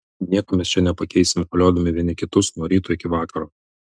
nieko mes čia nepakeisim koliodami vieni kitus nuo ryto iki vakaro